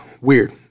weird